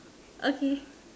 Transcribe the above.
okay